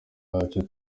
yacu